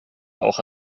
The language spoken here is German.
auch